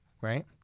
right